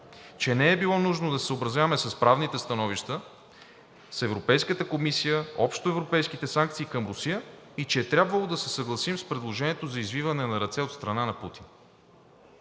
че не е било нужно да се съобразяваме с правните становища, с Европейската комисия, общоевропейските санкции към Русия и че е трябвало да се съгласим с предложението за извиване на ръце от страна на Путин.